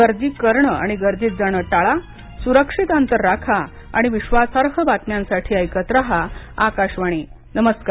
गर्दी करण आणि गर्दीत जाण टाळा सुरक्षित अंतर राखा आणि विश्वासार्ह बातम्यांसाठी ऐकत राहा आकाशवाणी नमस्कार